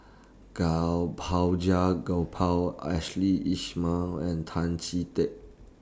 Gopal Ashley Isham and Tan Chee Teck